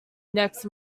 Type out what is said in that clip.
next